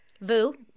Vu